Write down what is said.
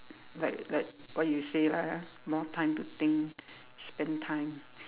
like like what you say lah more time to think spend time